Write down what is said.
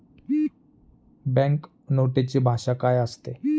Bank नोटेची भाषा काय असते?